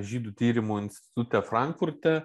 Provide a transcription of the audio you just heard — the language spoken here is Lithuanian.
žydų tyrimų institute frankfurte